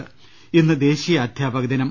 ് ഇന്ന് ദേശീയ അധ്യാപകദിനം